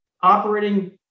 operating